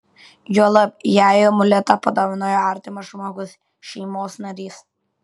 juolab jei amuletą padovanojo artimas žmogus šeimos narys